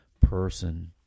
person